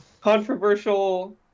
controversial